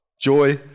joy